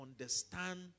understand